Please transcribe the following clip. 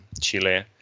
Chile